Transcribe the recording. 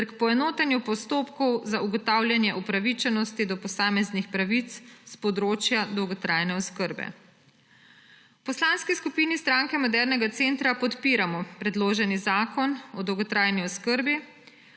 ter k poenotenju postopkov za ugotavljanje upravičenosti do posameznih pravic s področja dolgotrajne oskrbe. V Poslanski skupini SMC podpiramo predloženi zakon o dolgotrajni oskrbi.